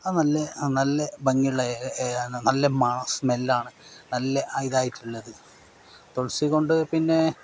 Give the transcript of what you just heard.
അത് നല്ല നല്ല ഭംഗിയുള്ള ഇലയാണ് നല്ല മാ സ്മെല്ലാണ് നല്ല ഇതായിട്ടുള്ളൊരു തുളസി കൊണ്ടു പിന്നെ